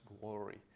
glory